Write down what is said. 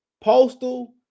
Postal